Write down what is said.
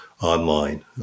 online